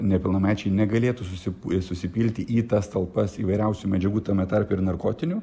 nepilnamečiai negalėtų susi susipilti į tas talpas įvairiausių medžiagų tame tarpe ir narkotinių